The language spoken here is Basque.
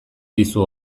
dizu